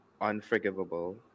unforgivable